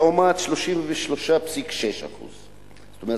לעומת 33.6% זאת אומרת,